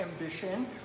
ambition